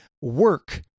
work